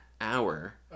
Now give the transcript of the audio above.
hour